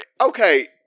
okay